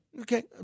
okay